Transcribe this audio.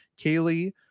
Kaylee